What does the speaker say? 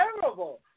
terrible